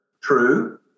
true